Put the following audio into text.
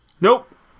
Nope